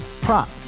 Prop